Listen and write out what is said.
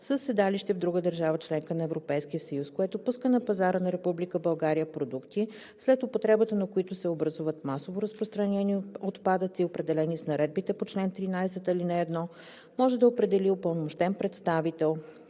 седалище в друга държава членка на Европейския съюз, което пуска на пазара на Република България продукти, след употреба на които се образуват масово разпространени отпадъци, определени с наредбите по чл. 13, ал. 1, може да определи упълномощен представител